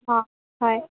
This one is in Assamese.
অঁ হয়